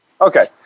Okay